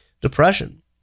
depression